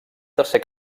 tercer